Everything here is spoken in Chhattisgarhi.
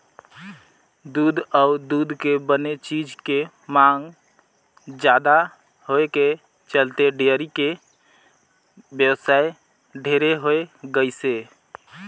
दूद अउ दूद के बने चीज के मांग जादा होए के चलते डेयरी के बेवसाय ढेरे होय गइसे